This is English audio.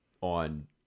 on